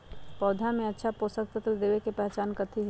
पौधा में अच्छा पोषक तत्व देवे के पहचान कथी हई?